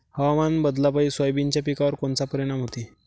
हवामान बदलापायी सोयाबीनच्या पिकावर कोनचा परिणाम होते?